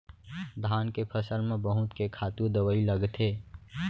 धान के फसल म बहुत के खातू दवई लगथे